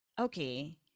Okay